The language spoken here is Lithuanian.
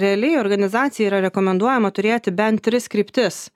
realiai organizacijai yra rekomenduojama turėti bent tris kryptis